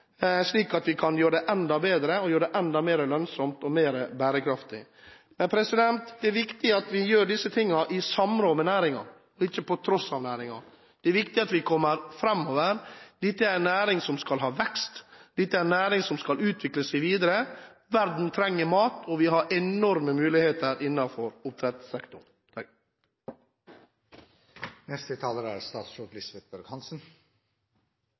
slik at vi kan gjøre det enda bedre, gjøre det enda mer lønnsomt og mer bærekraftig. Det er viktig at vi gjør disse tingene i samråd med næringen og ikke trosser næringen. Det er viktig at vi kommer framover. Dette er en næring som skal ha vekst. Dette er en næring som skal utvikle seg videre. Verden trenger mat, og vi har enorme muligheter innenfor oppdrettssektoren.